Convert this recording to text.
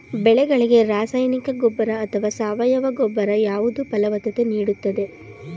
ಬೆಳೆಗಳಿಗೆ ರಾಸಾಯನಿಕ ಗೊಬ್ಬರ ಅಥವಾ ಸಾವಯವ ಗೊಬ್ಬರ ಯಾವುದು ಫಲವತ್ತತೆ ನೀಡುತ್ತದೆ?